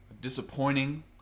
disappointing